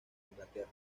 inglaterra